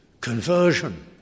Conversion